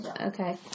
Okay